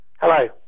Hello